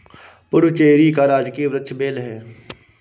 पुडुचेरी का राजकीय वृक्ष बेल है